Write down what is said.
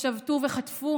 שבתו וחטפו